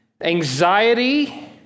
anxiety